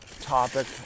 topic